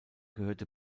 gehörte